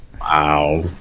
Wow